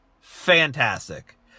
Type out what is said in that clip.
fantastic